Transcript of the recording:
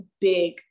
big